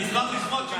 אני אשמח לשמוע תשובה,